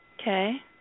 Okay